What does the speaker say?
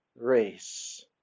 race